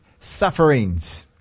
sufferings